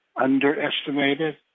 underestimated